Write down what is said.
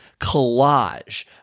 collage